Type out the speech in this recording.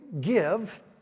give